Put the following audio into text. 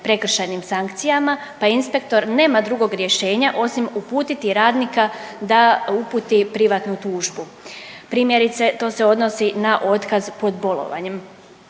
prekršajnim sankcijama pa inspektor nema drugog rješenja osim uputiti radnika da uputi privatnu tužbu? Primjerice to se odnosi na otkaz pod bolovanjem